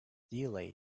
delayed